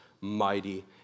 mighty